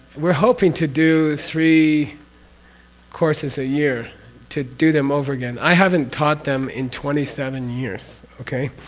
we're hoping to do three courses a year to do them over again. i haven't taught them in twenty seven years okay,